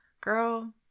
Girl